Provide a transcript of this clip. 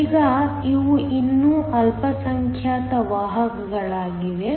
ಈಗ ಇವು ಇನ್ನೂ ಅಲ್ಪಸಂಖ್ಯಾತ ವಾಹಕಗಳಾಗಿವೆ